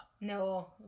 No